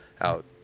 out